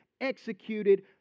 executed